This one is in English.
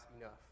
enough